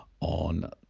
on